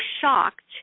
shocked